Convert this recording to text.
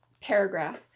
paragraph